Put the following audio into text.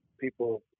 people